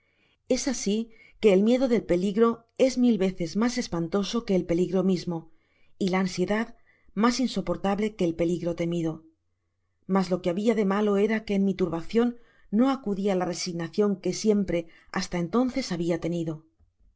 es asi que el miedo del peligro es mil veces mas espantoso que el páligro mismo y la ansiedad mas insoportable que el peligro temido mas loque habia de malo era que en mi turbacion no acudi á la resignacion que siempre hasta entonces habia tenido era